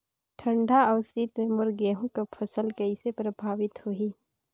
ठंडा अउ शीत मे मोर गहूं के फसल कइसे प्रभावित होही?